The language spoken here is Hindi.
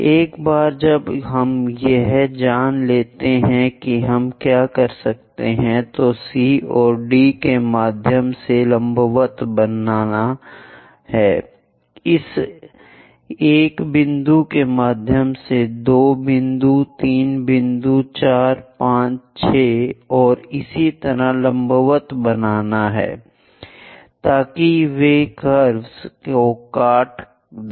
एक बार जब हम यह जान लेते हैं कि हम क्या कर सकते हैं तो C और D के माध्यम से लंबवत बनाना हैं इस 1 बिंदु के माध्यम से 2 बिंदु 3 बिंदु 4 5 6 और इसी तरह लंबवत बनाना हैं ताकि वे कर्व्स को काट दें